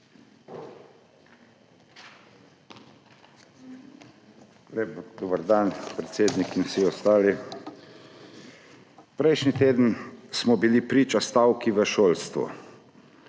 Lep dober dan, predsednik in vsi ostali! Prejšnji teden smo bili priča stavki v šolstvu.